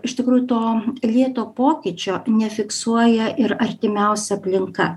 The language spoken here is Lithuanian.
iš tikrųjų to lėto pokyčio nefiksuoja ir artimiausia aplinka